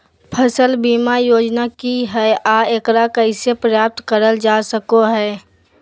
फसल बीमा योजना की हय आ एकरा कैसे प्राप्त करल जा सकों हय?